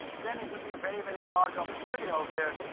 then it will be a very, very large opportunity out there.